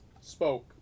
spoke